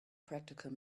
practical